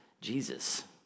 Jesus